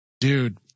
dude